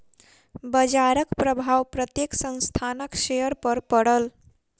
बजारक प्रभाव प्रत्येक संस्थानक शेयर पर पड़ल